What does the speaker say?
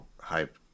hype